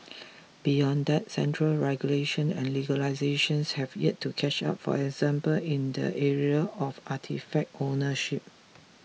beyond that central regulation and legislations have yet to catch up for example in the area of artefact ownership